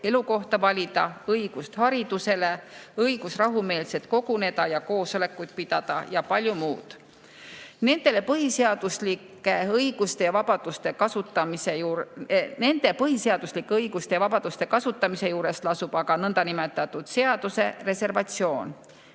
elukohta valida, õigust haridusele, õigust rahumeelselt koguneda ja koosolekuid pidada ja paljut muud. Nende põhiseaduslike õiguste ja vabaduste kasutamise juures on aga niinimetatud seaduse reservatsioon,